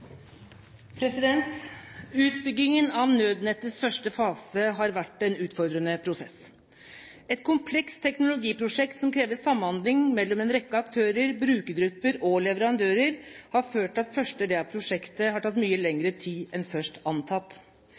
Utbyggingen av nødnettets første fase har vært en utfordrende prosess. Et komplekst teknologiprosjekt som krever samhandling mellom en rekke aktører, brukergrupper og leverandører, har ført til at første del av prosjektet har tatt mye lengre tid enn først antatt.